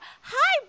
hi